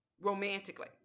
romantically